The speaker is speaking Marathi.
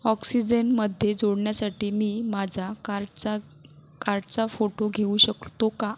ऑक्सिजेनमध्ये जोडण्यासाठी मी माझा कार्डचा कार्डचा फोटो घेऊ शकतो का